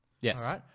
Yes